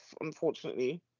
unfortunately